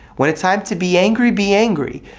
when it's time to be angry, be angry.